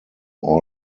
all